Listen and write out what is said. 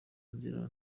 nzira